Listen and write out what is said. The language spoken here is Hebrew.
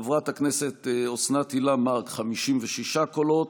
חברת הכנסת אוסנת הילה מארק, 56 קולות,